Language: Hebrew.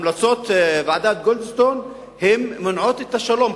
"המלצות ועדת-גולדסטון מונעות את השלום",